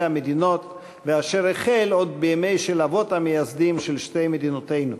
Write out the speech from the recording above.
המדינות ואשר החל עוד בימי האבות המייסדים של שתי מדינותינו.